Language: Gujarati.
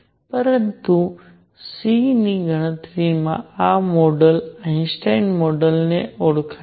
પરંતુ C ની ગણતરીનું આ મોડેલ આઇન્સ્ટાઇન મોડેલ તરીકે ઓળખાય છે